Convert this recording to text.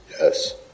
Yes